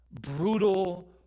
brutal